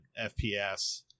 FPS